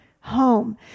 home